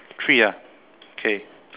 three ah okay